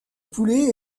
poulet